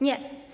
Nie.